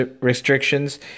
restrictions